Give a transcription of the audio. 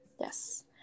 Yes